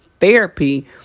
therapy